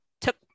took